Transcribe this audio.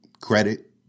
Credit